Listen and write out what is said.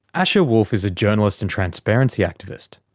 asher wolf is a journalist and transparency activist.